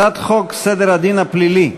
הצעת חוק סדר הדין הפלילי,